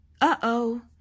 Uh-oh